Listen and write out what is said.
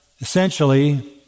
essentially